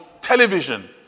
television